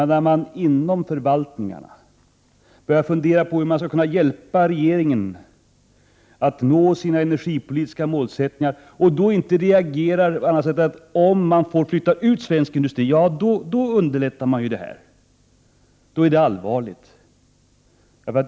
När man inom förvaltningarna börjar fundera på om inte regeringens energipolitiska mål förutsätter att man flyttar ut delar av svensk industri, då är det allvarligt.